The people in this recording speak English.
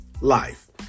life